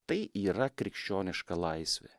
tai yra krikščioniška laisvė